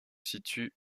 situent